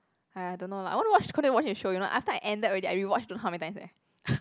!aiya! I don't know lah I want to watch show you know after I ended already I rewatched don't know how many times eh